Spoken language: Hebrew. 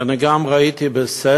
ואני גם ראיתי בספר,